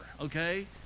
okay